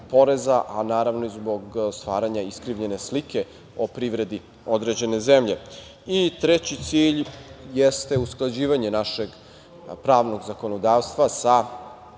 a naravno i zbog stvaranja iskrivljene slike o privredi određene zemlje. Treći cilj jeste usklađivanje našeg pravnog zakonodavstva sa